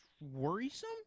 worrisome